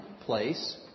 place